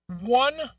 one